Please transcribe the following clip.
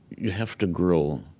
yeah have to grow.